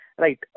Right